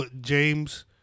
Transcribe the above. James